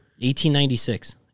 1896